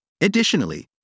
Additionally